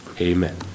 Amen